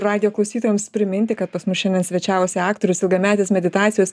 radijo klausytojams priminti kad pas mus šiandien svečiavosi aktorius ilgametis meditacijos